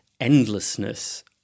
endlessness